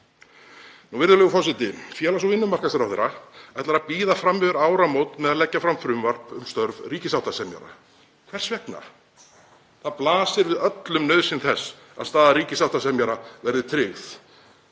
Virðulegur forseti. Félags- og vinnumarkaðsráðherra ætlar að bíða fram yfir áramót með að leggja fram frumvarp um störf ríkissáttasemjara. Hvers vegna? Það blasir við öllum nauðsyn þess að staða ríkissáttasemjara verði tryggð;